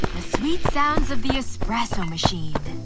the sweet sounds of the espresso machine!